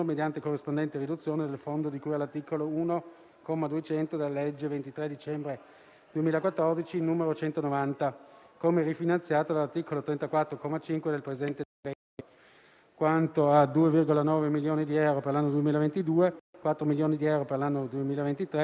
190 del 23 dicembre 2014; *c*) quanto a 0,4 milioni di euro per l'anno 2022, 1 milione di euro per l'anno 2023, 1,4 milioni di euro per l'anno 2024 e 0,1 milioni di euro per l'anno 2025